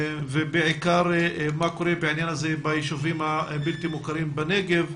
ובעיקר מה קורה בעניין הזה ביישובים הבלתי מוכרים בנגב?